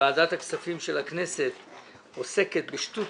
שוועדת הכספים של הכנסת עוסקת בשטות